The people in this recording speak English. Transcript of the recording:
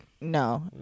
No